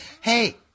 hey